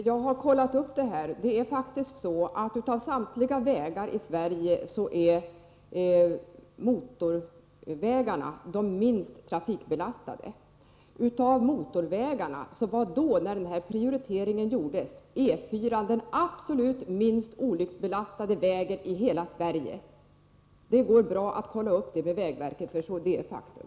Fru talman! Jag har kollat upp detta, och av samtliga vägar i Sverige är motorvägarna de minst trafikbelastade. När denna prioritering gjordes var E4-an den absolut minst olycksbelastade motorvägen i hela Sverige. Det går bra att kolla upp detta med vägverket — detta är faktum!